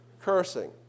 Cursing